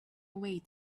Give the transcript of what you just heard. away